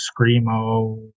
screamo